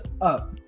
Up